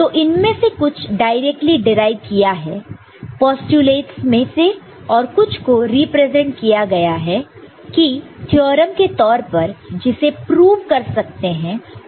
तो इनमें से कुछ डायरेक्टली डीराइव किया गया है पोस्टयूलेटस मैं से और कुछ को रिप्रेजेंट किया गया है कि थ्योरम के तौर पर जिसे प्रूव कर सकते हैं पोस्टयूलेटस से